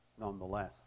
nonetheless